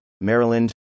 Maryland